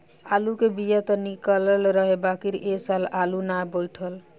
आलू के बिया त निकलल रहे बाकिर ए साल आलू ना बइठल